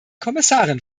kommissarin